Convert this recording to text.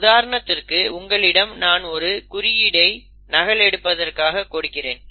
உதாரணத்திற்கு உங்களிடம் நான் ஒரு குறியீடை நகல் எடுப்பதற்காக கொடுக்கிறேன்